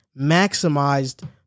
maximized